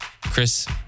Chris